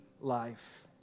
life